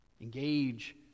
Engage